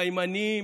לימנים,